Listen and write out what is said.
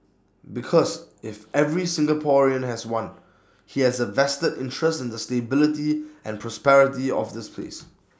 because if every Singaporean has one he has A vested interest in the stability and prosperity of this place